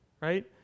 right